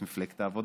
את מפלגת העבודה?